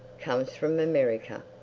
comes from america.